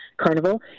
carnival